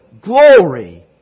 glory